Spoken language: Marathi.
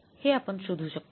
हे आपण शोधू शकतो